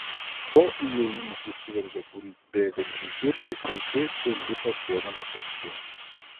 pro įėjimą įsiveržia būrys bėgančių žiurkių ir greitai lipa sienomis aukštyn